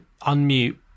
unmute